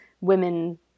women